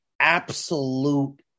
Absolute